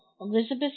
Elizabeth